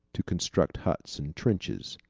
to construct huts and trenches.